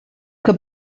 que